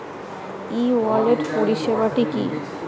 ই wallet পরিষেবাটি কি?